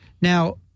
now